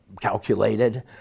calculated